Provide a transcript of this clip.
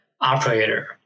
operator